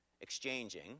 Exchanging